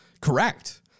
Correct